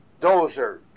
dozer